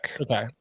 Okay